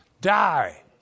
die